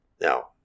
Now